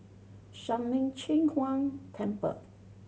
Shuang Lin Cheng Huang Temple